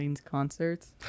concerts